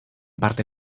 parte